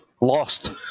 lost